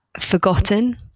forgotten